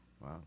Wow